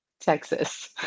Texas